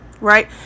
right